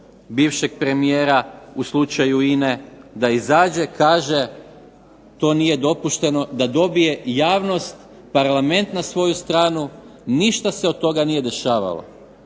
bivšeg premijera u slučaju INA-e, da izađe, kaže to nije dopušteno da dobije javnost, parlament na svoju stranu. Ništa se od toga nije dešavalo,